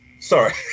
sorry